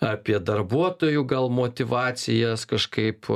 apie darbuotojų gal motyvacijas kažkaip